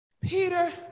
Peter